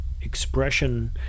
expression